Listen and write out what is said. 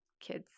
kids